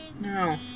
No